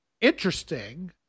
interesting